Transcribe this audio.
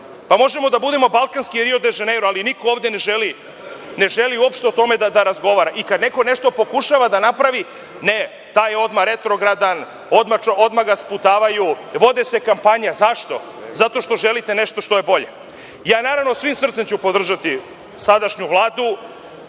možemo da budemo balkanski Rio de Ženeiro, ali niko ovde ne želi uopšte o tome da razgovara. Kada neko nešto pokušava da napravi, ne taj je odmah retrogradan, odmah ga sputavaju, vode se kampanje, zašto? Zato što želite nešto što je bolje. Svim srcem ću naravno podržati sadašnju Vladu.